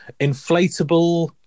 inflatable